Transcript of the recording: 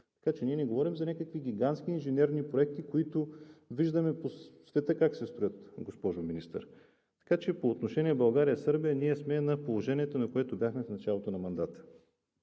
Така че ние не говорим за някакви гигантски инженерни проекти, които виждаме по света как се строят, госпожо Министър. Така че по отношение България – Сърбия ние сме на положението, на което бяхме в началото на мандата.